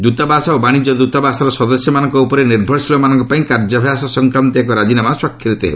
ଦୂତାବାସ ଓ ବାଣିଜ୍ୟ ଦୂତାବାସର ସଦସ୍ୟମାନଙ୍କ ଉପରେ ନିର୍ଭରଶୀଳମାନଙ୍କ ପାଇଁ କାର୍ଯ୍ୟାଭ୍ୟାସ ସଂକ୍ରାନ୍ତ ଏକ ରାଜିନାମା ସ୍ୱାକ୍ଷରିତ ହେବ